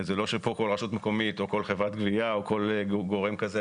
זה לא שכל רשות מקומית או כל חברת גבייה או כל גורם כזה